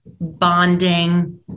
bonding